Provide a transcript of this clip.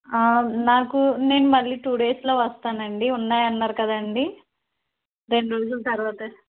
నాకు నేను మళ్ళీ టూ డేస్లో వస్తానండి ఉన్నాయి అన్నారు కదండీ రెండు రోజుల తరువాత